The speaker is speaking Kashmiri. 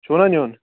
چھُو نا نیُن